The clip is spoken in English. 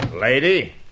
Lady